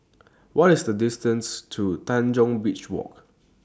What IS The distance to Tanjong Beach Walk